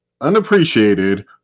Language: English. unappreciated